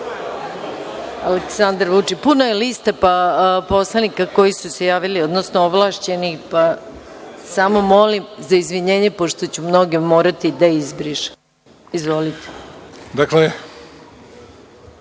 Aleksandar Vučić. Puna je lista poslanika koji su se javili, odnosno ovlašćenih, pa samo molim za izvinjenje pošto ću mnoge morati da izbrišem. Izvolite.